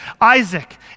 Isaac